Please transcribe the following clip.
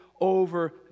over